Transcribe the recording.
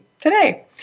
today